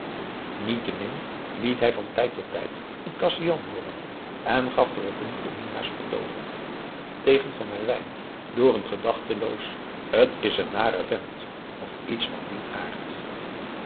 niettemin liet hij van tijd tot tijd een kasian hooren en gaf de repliek op mina's vertoogen tegen van herwijnen door n gedachteloos t is een nare vent of iets van dien aard